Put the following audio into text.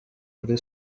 kuri